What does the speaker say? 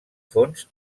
fons